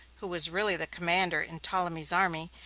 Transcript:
who was really the commander in ptolemy's army,